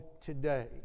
today